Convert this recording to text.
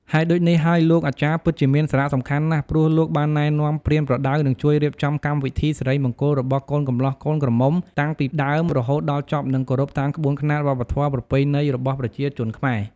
ហេតុដូចនេះហើយលោកអាចារ្យពិតជាមានសារៈសំខាន់ណាស់ព្រោះលោកបានណែនាំ ប្រៀបប្រដៅនិងជួយរៀបចំកម្មវិធីសិរិមង្គលរបស់កូនកម្លោះកូនក្រមុំតាំងពីដើមរហូតដល់ចប់និងគោរពតាមក្បួនខ្នាត វប្បធម៌ ប្រពៃណីរបស់ប្រជាជនខ្មែរ។